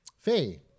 Faye